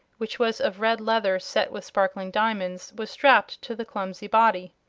which was of red leather set with sparkling diamonds, was strapped to the clumsy body.